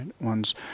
One's